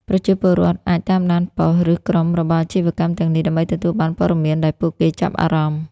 ប្រជាពលរដ្ឋអាច តាមដានប៉ុស្តិ៍ ឬក្រុមរបស់អាជីវកម្មទាំងនេះ ដើម្បីទទួលបានព័ត៌មានដែលពួកគេចាប់អារម្មណ៍។